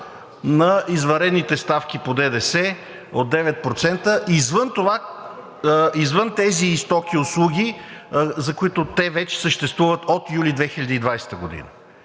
на извънредните ставки по ДДС от 9% извън тези стоки и услуги, за които те вече съществуват от юли 2020 г.